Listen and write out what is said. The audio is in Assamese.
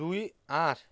দুই আঠ